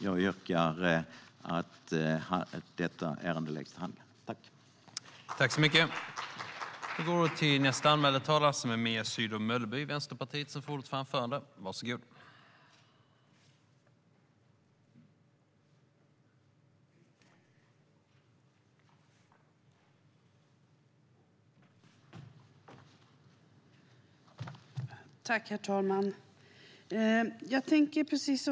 Jag yrkar att detta ärende läggs till handlingarna.